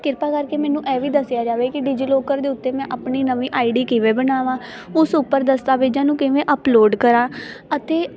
ਕਿਰਪਾ ਕਰਕੇ ਮੈਨੂੰ ਇਹ ਵੀ ਦੱਸਿਆ ਜਾਵੇ ਕਿ ਡਿਜੀਲੋਕਰ ਦੇ ਉੱਤੇ ਮੈਂ ਆਪਣੀ ਨਵੀਂ ਆਈ ਡੀ ਕਿਵੇਂ ਬਣਾਵਾਂ ਉਸ ਉੱਪਰ ਦਸਤਾਵੇਜ਼ਾਂ ਨੂੰ ਕਿਵੇਂ ਅਪਲੋਡ ਕਰਾਂ ਅਤੇ